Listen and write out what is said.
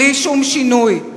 בלי שום שינוי,